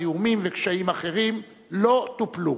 זיהומים וקשיים אחרים לא טופלו.